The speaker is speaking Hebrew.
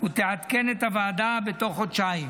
ותעדכן את הוועדה בתוך חודשיים.